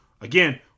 Again